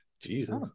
Jesus